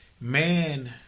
man